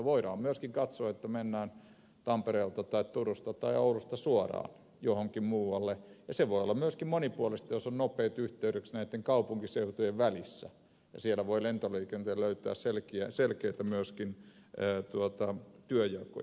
voidaan myöskin katsoa että mennään tampereelta tai turusta tai oulusta suoraan johonkin muualle ja se voi olla myöskin monipuolista jos on nopeat yhteydet näitten kaupunkiseutujen välissä ja siellä voi lentoliikenne löytää myöskin selkeitä työnjakoja